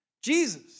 Jesus